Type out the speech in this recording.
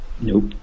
Nope